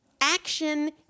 Action